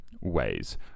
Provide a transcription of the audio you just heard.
ways